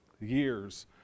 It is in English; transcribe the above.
years